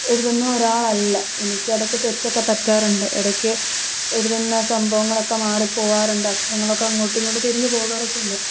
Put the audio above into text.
എഴുതുന്ന ഒരാൾ അല്ല എനിക്ക് ഇടയ്ക്ക് തെറ്റൊക്കെ പറ്റാറുണ്ട് ഇടയ്ക്ക് എഴുതുന്ന സംഭവങ്ങളൊക്കെ മാറി പോവാറുണ്ട് അക്ഷരങ്ങളൊക്ക അങ്ങോട്ടും ഇങ്ങോട്ടും തിരിഞ്ഞ് പോവാറൊക്കെ ഉണ്ട്